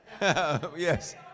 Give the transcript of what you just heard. Yes